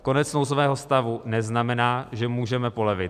Konec nouzového stavu neznamená, že můžeme polevit.